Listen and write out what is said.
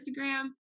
Instagram